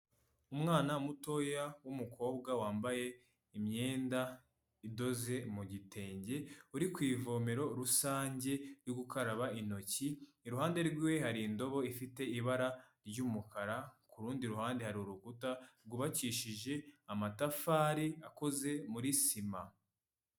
Umwana mutoya w'umukobwa, wambaye imyenda idoze mu gitenge, uri ku ivomero rusange, uri gukaraba intoki, iruhande rwiwe, hari indobo ifite ibara ry'umukara, ku rundi ruhande, hari urukuta rwubakishije amatafari akoze muri sima.